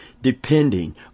depending